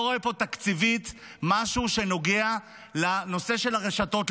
אני לא רואה פה תקציבית משהו שנוגע לנושא של הרשתות,